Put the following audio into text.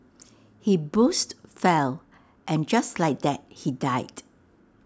he boozed fell and just like that he died